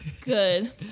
Good